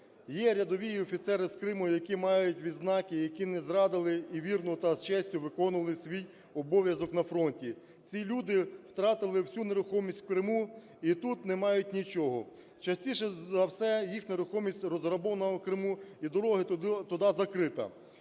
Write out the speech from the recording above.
"Є рядові і офіцери з Криму, які мають відзнаки, які не зрадили і вірно та з честю виконували свій обов'язок на фронті. Ці люди втратили всю нерухомість в Криму і тут не мають нічого. Частіше за все, їх нерухомість розграбована в Криму і дорога туди закрита.